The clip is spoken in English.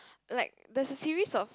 like there's a series of